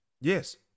yes